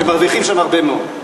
ומרוויחים שם הרבה מאוד.